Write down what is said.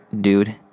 dude